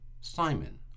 Simon